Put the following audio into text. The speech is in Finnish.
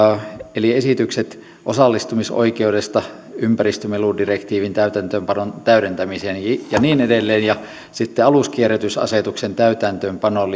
eli esitykset osallistumisoikeudesta ympäristömeludirektiivin täytäntöönpanon täydentämiseen ja niin edelleen ja sitten aluskierrätysasetuksen täytäntöönpanoon